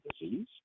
disease